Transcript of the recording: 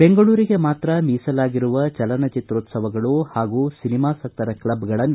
ಬೆಂಗಳೂರಿಗೆ ಮಾತ್ರ ಮೀಸಲಾಗಿರುವ ಚಲನಚಿತ್ರೋತ್ಸವಗಳು ಹಾಗೂ ಸಿನಿಮಾಸಕ್ತರ ಕ್ಲಬ್ಗಳನ್ನು